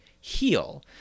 heal